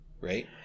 Right